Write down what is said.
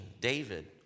David